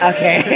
Okay